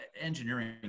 engineering